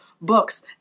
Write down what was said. books